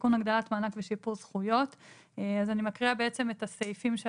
אני מבקשת לפתוח את הדיון,